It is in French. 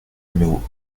numéro